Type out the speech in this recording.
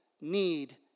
need